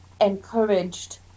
encouraged